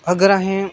अगर असें